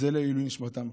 זה לעילוי נשמתם.